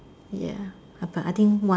ya uh but I think one